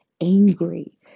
angry